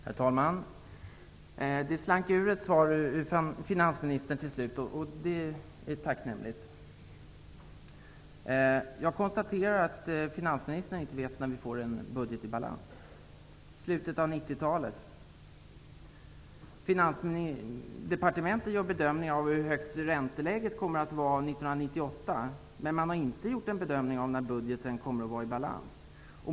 Herr talman! Ett svar slank ur finansministern till slut, och det är tacknämligt. Jag konstaterar att finansministern inte vet när vi får en budget i balans, kanske i slutet av 90-talet. Finansdepartementet gör en bedömning av hur högt ränteläget kommer att vara 1998 men har inte gjort en bedömning av när budgeten kommer att vara i balans.